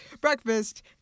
breakfast